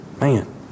man